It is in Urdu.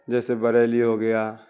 جیسے بریلی ہو گیا